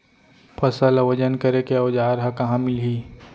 फसल ला वजन करे के औज़ार हा कहाँ मिलही?